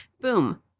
Boom